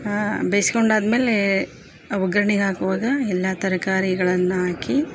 ಬೇಯಿಸ್ಕೊಂಡು ಆದ್ಮೇಲೆ ಒಗ್ಗರ್ಣೆಗೆ ಹಾಕುವಾಗ ಎಲ್ಲಾ ತರಕಾರಿಗಳನ್ನ ಹಾಕಿ